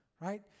right